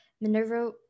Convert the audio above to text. Minerva